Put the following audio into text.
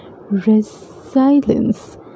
resilience